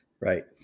Right